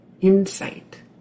insight